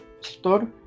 store